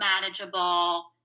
manageable